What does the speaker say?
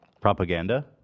Propaganda